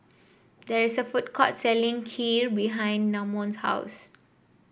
there is a food court selling Kheer behind Namon's house